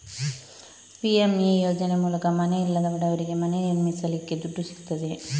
PMA ಯೋಜನೆ ಮೂಲಕ ಮನೆ ಇಲ್ಲದ ಬಡವರಿಗೆ ಮನೆ ನಿರ್ಮಿಸಲಿಕ್ಕೆ ದುಡ್ಡು ಸಿಗ್ತದೆ